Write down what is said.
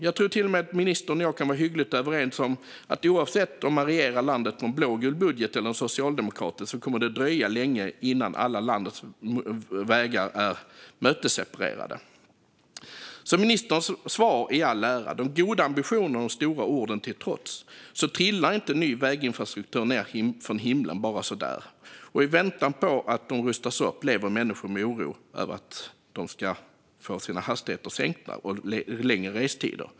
Jag tror till och med att ministern och jag kan vara hyggligt överens om att det kommer att dröja länge innan alla landets vägar är mötesseparerade, oavsett om man regerar landet på en blågul budget eller om man gör det på en socialdemokratisk. Ministerns svar i all ära och de goda ambitionerna och de stora orden till trots - ny väginfrastruktur trillar inte ned från himlen bara så där. Och i väntan på att vägarna rustas upp lever människor med oro över att hastigheterna ska sänkas och att de ska få längre restider.